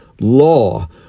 law